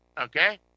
okay